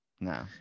No